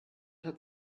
hat